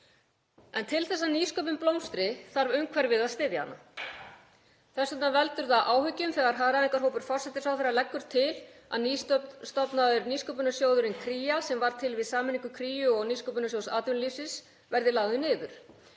Til þess að nýsköpun blómstri þarf umhverfið að styðja hana. Þess vegna veldur það áhyggjum þegar hagræðingarhópur forsætisráðherra leggur til að hinn nýstofnaði sjóður Nýsköpunarsjóðurinn Kría, sem varð til við sameiningu Kríu og Nýsköpunarsjóðs atvinnulífsins, verði lagður niður.